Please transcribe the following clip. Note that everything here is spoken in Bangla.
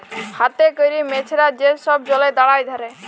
হাতে ক্যরে মেছরা যে ছব জলে দাঁড়ায় ধ্যরে